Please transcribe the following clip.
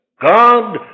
God